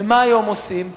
מה עושים היום?